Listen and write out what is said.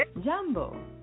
jumbo